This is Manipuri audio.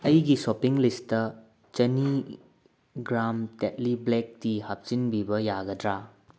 ꯑꯩꯒꯤ ꯁꯣꯞꯄꯤꯡ ꯂꯤꯁꯇ ꯆꯟꯅꯤ ꯒ꯭ꯔꯥꯝ ꯇꯦꯠꯂꯤ ꯕ꯭ꯂꯦꯛ ꯇꯤ ꯍꯥꯞꯆꯤꯟꯕꯤꯕ ꯌꯥꯒꯗ꯭ꯔꯥ